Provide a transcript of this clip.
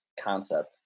concept